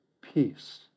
peace